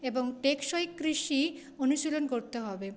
এবং টেকসই কৃষি অনুশীলন করতে হবে